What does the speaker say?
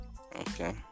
Okay